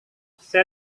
saya